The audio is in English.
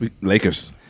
Lakers